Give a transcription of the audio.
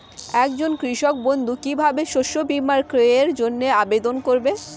একজন কৃষক বন্ধু কিভাবে শস্য বীমার ক্রয়ের জন্যজন্য আবেদন করবে?